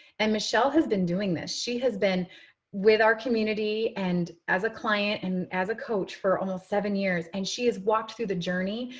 and michelle has been doing this. she has been with our community and as a client and as a coach for almost seven years. and she has walked through the journey.